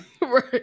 Right